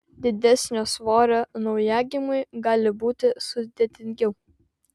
didesnio svorio naujagimiui gali būti sudėtingiau